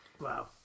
Wow